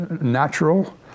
natural